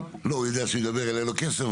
הוא יודע שאם הוא ידבר זה יעלה לו כסף...